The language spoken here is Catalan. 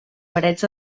parets